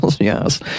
Yes